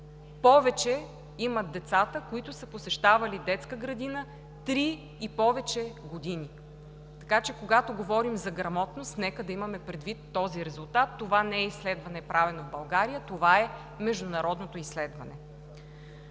повече имат децата, които са посещавали детска градина три и повече години, така че, когато говорим за грамотност, нека да имаме предвид този резултат. Това не е изследване, правено в България, това е международно изследване.